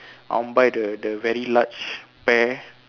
I want buy the the very large pear